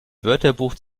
wörterbuch